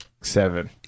Seven